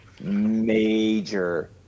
major